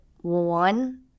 one